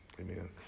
Amen